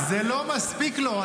זה לא מספיק לו.